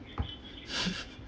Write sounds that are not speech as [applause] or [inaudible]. [laughs]